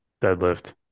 deadlift